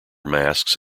masks